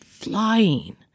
flying